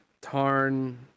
Tarn